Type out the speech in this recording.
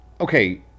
Okay